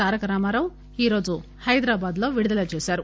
తారకరామారావు ఈరోజు హైదరాబాద్ లో విడుదల చేశారు